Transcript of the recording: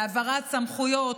העברת סמכויות,